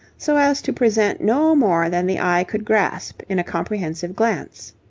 so as to present no more than the eye could grasp in a comprehensive glance.